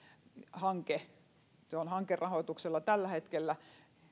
hanke se on hankerahoituksella tällä hetkellä